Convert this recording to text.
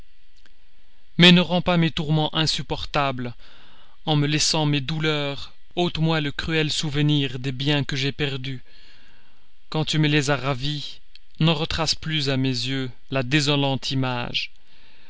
mais ne rends pas mes tourments insupportables en me laissant mes douleurs ôte moi le cruel souvenir des biens que j'ai perdus quand tu me les as ravis n'en retrace plus à mes yeux la désolante image